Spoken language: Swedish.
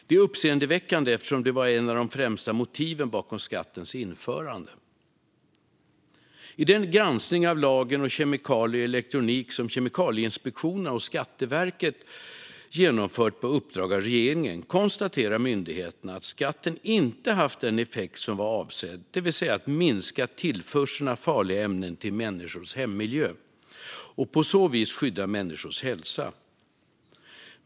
Det är uppenseendeväckande, eftersom det var ett av de främsta motiven bakom skattens införande. I den granskning av lagen om kemikalier i elektronik som Kemikalieinspektionen och Skatteverket genomfört på uppdrag av regeringen konstaterar myndigheterna att skatten inte haft den effekt som var avsedd, det vill säga att minska tillförseln av farliga ämnen till människors hemmiljö och på så vis skydda människors hälsa.